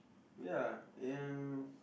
ya